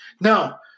Now